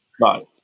Right